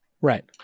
Right